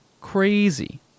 crazy